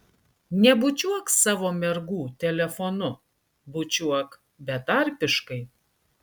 nebučiuok savo mergų telefonu bučiuok betarpiškai